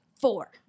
Four